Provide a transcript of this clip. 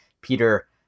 Peter